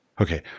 Okay